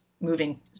moving